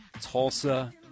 Tulsa